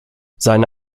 seine